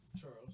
Charles